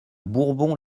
bourbon